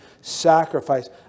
sacrifice